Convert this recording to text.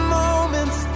moments